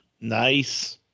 Nice